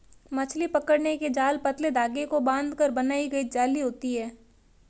मछली पकड़ने के जाल पतले धागे को बांधकर बनाई गई जाली होती हैं